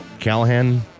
Callahan